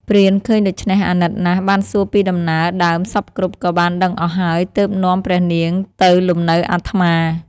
ព្រានឃើញដូច្នេះអាណិតណាស់ បានសួរពីដំណើរដើមសព្វគ្រប់ក៏បានដឹងអស់ហើយ ទើបនាំព្រះនាងទៅលំនៅអាត្មា។